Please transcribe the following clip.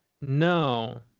No